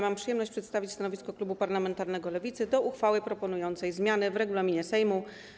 Mam przyjemność przedstawić stanowisko klubu parlamentarnego Lewica wobec uchwały proponującej zmiany w regulaminie Sejmu.